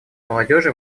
молодежи